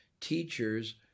teachers